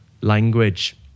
language